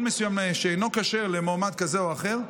מסוים שאינו כשר למועמד כזה או אחר.